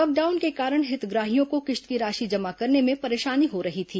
lockdown के कारण हितग्राहियों को किश्त की राशि जमा करने में परेशानी हो रही थी